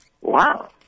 wow